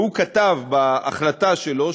והוא כתב בהחלטה שלו,